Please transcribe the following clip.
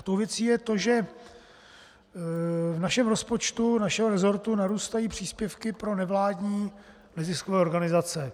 Tou věcí je to, že v rozpočtu našeho resortu narůstají příspěvky pro nevládní neziskové organizace.